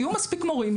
יהיו מספיק מורים,